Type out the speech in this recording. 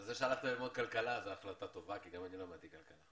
וזה שהלכת ללמוד כלכלה זו החלטה טובה כי גם אני למדתי כלכלה.